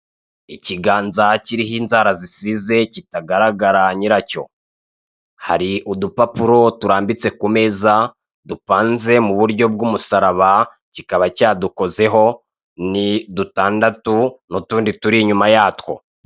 Ikigaza kiriho inzara gisize kitagaragara nyiracyo, hari udupapuro turambitse ku meza dupanze mu buryo bw'umusaraba kikaba cyadukozeho ni dutandatu n'utundi turi inyuma yatwo.